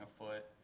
afoot